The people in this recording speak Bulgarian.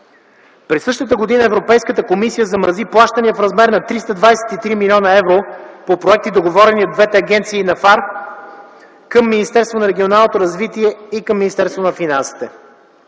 През същата година Европейската комисия замрази плащания в размер на 323 млн. евро по проекти, договорени от двете агенции по ФАР към министерствата на регионалното развитие и на финансите.